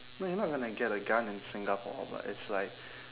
no you're not going to get a gun in singapore but it's like